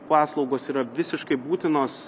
paslaugos yra visiškai būtinos